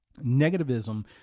Negativism